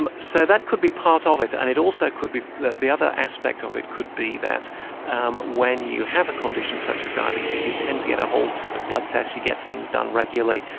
um so that could be part of it, and it also could be, the the other aspect of it could be that um when you have a condition such as diabetes you tend to get a whole set of blood tests, you get things done regularly,